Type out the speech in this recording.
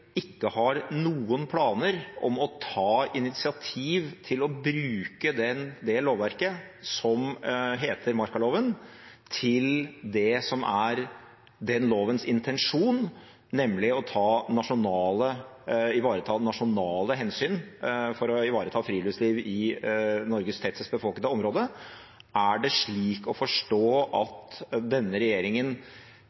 ikke har noen planer om å ta initiativ til å bruke det lovverket som heter markaloven, til det som er den lovens intensjon, nemlig å ivareta nasjonale hensyn for å ivareta friluftsliv i Norges tettest befolkede område? Er det slik å forstå